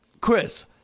Chris